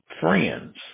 friends